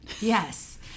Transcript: Yes